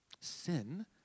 Sin